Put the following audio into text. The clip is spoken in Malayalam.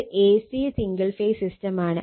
ഇത് AC സിംഗിൾ ഫേസ് സിസ്റ്റം ആണ്